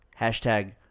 Hashtag